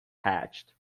hatched